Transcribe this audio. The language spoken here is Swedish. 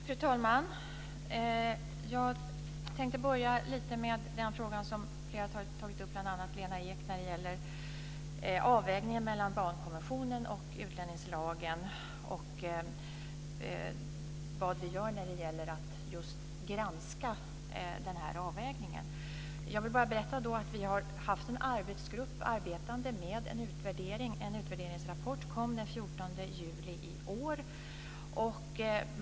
Fru talman! Jag tänkte börja med den fråga som bl.a. Lena Ek har tagit upp om granskningen av avvägningen mellan barnkonventionen och utlänningslagen. Vi har haft en arbetsgrupp som har arbetat med en utvärdering. En rapport lades fram den 14 juli i år.